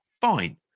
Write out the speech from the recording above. fine